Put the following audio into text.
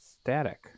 static